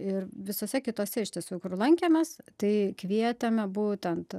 ir visose kitose iš tiesų kur lankėmės tai kvietėme būtent